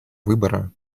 выбора